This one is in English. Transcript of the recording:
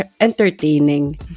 entertaining